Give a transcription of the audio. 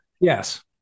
Yes